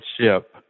ship